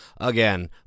again